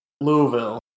Louisville